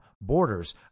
borders